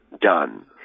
done